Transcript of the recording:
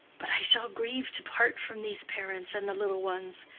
but i shall grieve to part from these parents and the little ones.